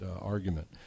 argument